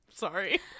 Sorry